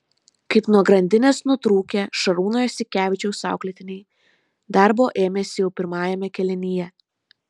kaip nuo grandinės nutrūkę šarūno jasikevičiaus auklėtiniai darbo ėmėsi jau pirmajame kėlinyje